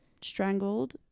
strangled